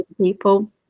people